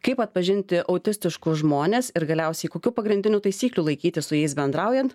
kaip atpažinti autistiškus žmones ir galiausiai kokių pagrindinių taisyklių laikytis su jais bendraujant